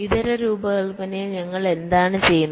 ഇതര രൂപകൽപ്പനയിൽ ഞങ്ങൾ എന്താണ് ചെയ്യുന്നത്